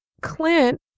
Clint